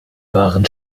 waren